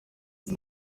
iyo